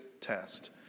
test